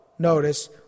notice